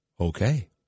okay